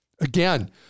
again